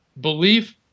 belief